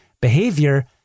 behavior